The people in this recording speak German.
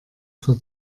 für